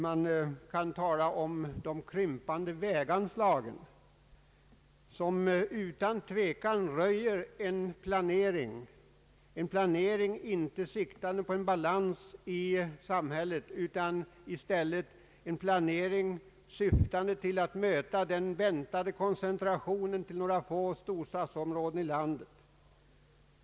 Man kan tala om de krympande väganslagen, som utan tve kan röjer en planering inte siktande till en balans i samhället utan i stället syftande till att möta den väntade expansionen inom några få storstadsområden i landet.